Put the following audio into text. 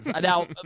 Now